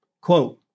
Quote